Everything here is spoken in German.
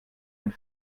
ein